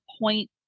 point